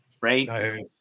right